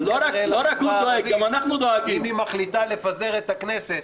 לציבור הערבי אם היא מחליטה לפזר את הכנסת,